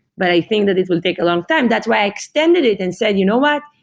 but i think that it will take a long time. that's why i extended it and said, you know what?